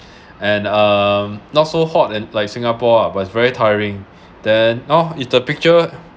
and um not so hot and like singapore ah but very tiring then oh it's the picture